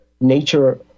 nature